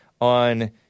on